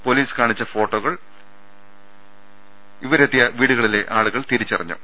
police കാണിച്ച ഫോട്ടോകൾ ഇവരെത്തിയ വീടു കളിലെ ആളുകൾ തിരിച്ചറിഞ്ഞു